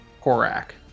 Korak